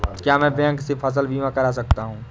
क्या मैं बैंक से फसल बीमा करा सकता हूँ?